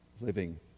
living